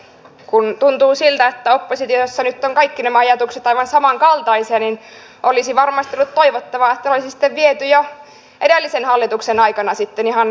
kun tuntuu siltä että oppositiossa nyt ovat kaikki nämä ajatukset aivan samankaltaisia niin olisi varmasti ollut toivottavaa että ne olisi sitten viety jo edellisen hallituksen aikana ihan toimeenpanoonkin